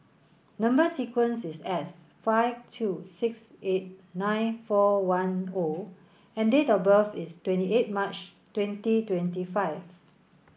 number sequence is S five two six eight nine four one O and date of birth is twenty eight March twenty twenty five